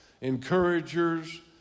encouragers